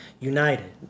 United